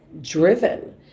driven